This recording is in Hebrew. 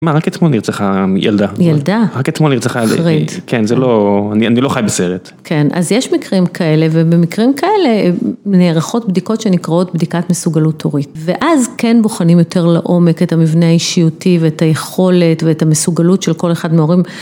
רק אתמול נרצחה ילדה, רק אתמול נרצחה ילדה, אני לא חי בסרט. כן, אז יש מקרים כאלה, ובמקרים כאלה נערכות בדיקות שנקראות בדיקת מסוגלות הורית. ואז כן בוחנים יותר לעומק את המבנה האישיותי ואת היכולת ואת המסוגלות של כל אחד מההורים.